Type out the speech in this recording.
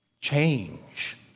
change